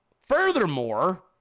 Furthermore